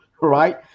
right